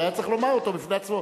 שהיה צריך לומר אותו בפני עצמו.